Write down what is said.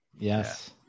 Yes